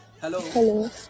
hello